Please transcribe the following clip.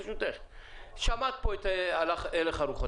שמעת את הלך הרוחות.